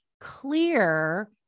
clear